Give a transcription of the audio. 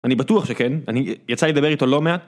אני בטוח שכן, אני... יצא לדבר איתו לא מעט